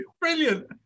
Brilliant